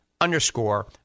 underscore